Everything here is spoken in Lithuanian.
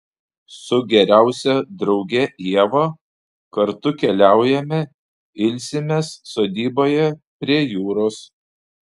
su geriausia drauge ieva kartu keliaujame ilsimės sodyboje prie jūros